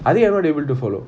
are they able to follow